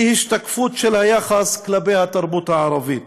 הם השתקפות של היחס כלפי התרבות הערבית.